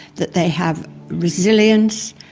that they have resilience,